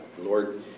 lord